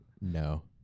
No